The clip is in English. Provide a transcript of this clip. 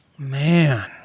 Man